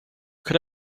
could